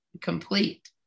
complete